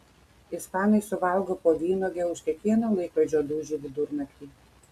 ispanai suvalgo po vynuogę už kiekvieną laikrodžio dūžį vidurnaktį